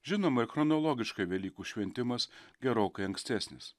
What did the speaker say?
žinoma ir chronologiškai velykų šventimas gerokai ankstesnis